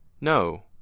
no